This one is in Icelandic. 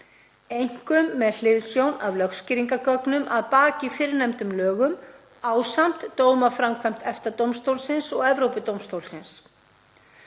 einkum með hliðsjón af lögskýringargögnum að baki fyrrnefndum lögum ásamt dómaframkvæmd EFTA-dómstólsins og Evrópudómstólsins.